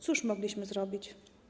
Cóż mogliśmy zrobić?